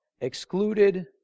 excluded